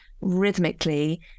rhythmically